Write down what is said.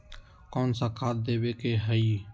कोन सा खाद देवे के हई?